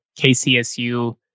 KCSU